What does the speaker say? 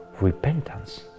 repentance